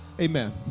Amen